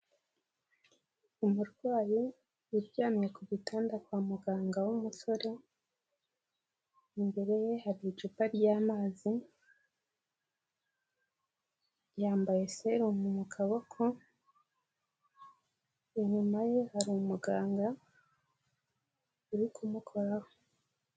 Umurwayi uryamye ku gitanda kwa muganga w'umusore, imbere ye hari icupa ry'amazi, yambaye selumu mu kaboko, inyuma ye hari umuganga uri kumukoraho.